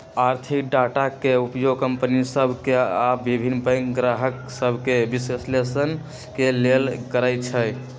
आर्थिक डाटा के उपयोग कंपनि सभ के आऽ भिन्न बैंक गाहक सभके विश्लेषण के लेल करइ छइ